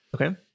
Okay